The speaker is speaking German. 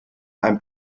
einem